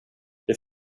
det